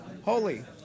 holy